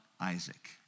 Isaac